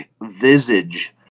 visage